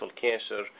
cancer